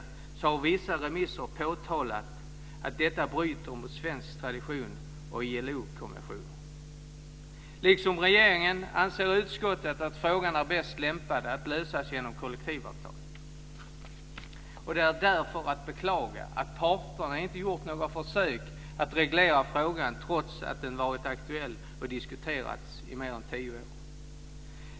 Därför har det i vissa remisser påtalats att det bryter mot svensk tradition och ILO-konventioner. Liksom regeringen anser utskottet att frågan är bäst lämpad att lösa genom kollektivavtal. Det är därför att beklaga att parterna inte har gjort några försök att reglera frågan trots att den har varit aktuell och diskuterats i mer än tio år.